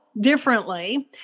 differently